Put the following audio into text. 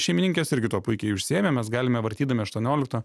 šeimininkės irgi tuo puikiai užsiėmė mes galime vartydami aštuoniolikto